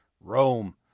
Rome